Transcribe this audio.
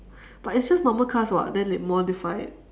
but it's just normal cars [what] then they modify it